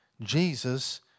Jesus